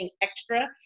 extra